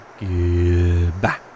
Goodbye